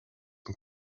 and